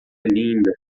linda